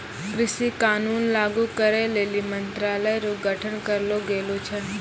कृषि कानून लागू करै लेली मंत्रालय रो गठन करलो गेलो छै